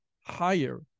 higher